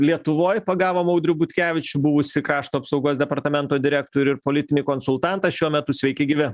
lietuvoj pagavom audrių butkevičių buvusį krašto apsaugos departamento direktorių ir politinį konsultantą šiuo metu sveiki gyvi